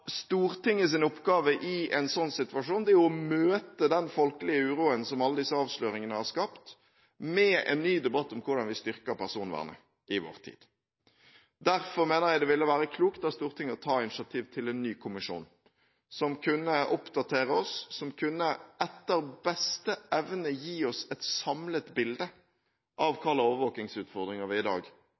oppgave i en slik situasjon er å møte den folkelige uroen som alle disse avsløringene har skapt med en ny debatt om hvordan vi styrker personvernet i vår tid. Derfor mener jeg det ville være klokt av Stortinget å ta initiativ til en ny kommisjon som kunne oppdatere oss, og etter beste evne gi oss et samlet bilde av hva slags overvåkingsutfordringer vi i dag